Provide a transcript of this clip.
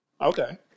Okay